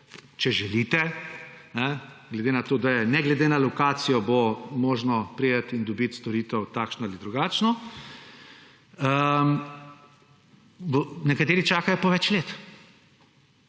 če želite, glede na to, da ne glede na lokacijo bo možno priti in dobiti storitev, takšno ali drugačno –, nekateri čakajo po več let.